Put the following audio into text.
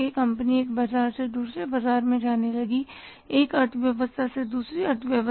company एक बाजार से दूसरे बाजार में जाने लगी एक अर्थव्यवस्था से दूसरी अर्थव्यवस्था